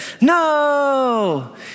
no